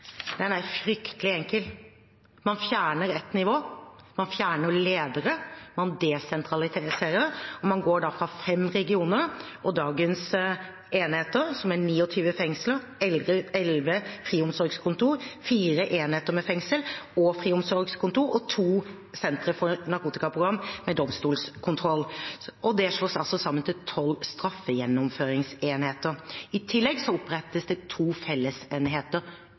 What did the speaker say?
den nye modellen. Den er fryktelig enkel: Man fjerner ett nivå, man fjerner ledere, man desentraliserer, man går da fra fem regioner og dagens enheter, som er 29 fengsler, elleve friomsorgskontor, fire enheter med fengsel og friomsorgskontor og to sentre for narkotikaprogram med domstolskontroll. Dette slås altså sammen til tolv straffegjennomføringsenheter. I tillegg opprettes det to fellesenheter